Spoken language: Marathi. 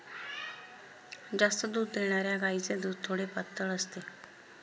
जास्त दूध देणाऱ्या गायीचे दूध थोडे पातळ असते